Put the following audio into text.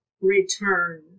return